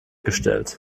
gestellt